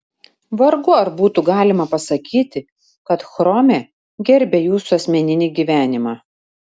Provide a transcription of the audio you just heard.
vargu ar būtų galima pasakyti kad chrome gerbia jūsų asmeninį gyvenimą